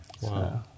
Wow